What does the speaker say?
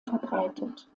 verbreitet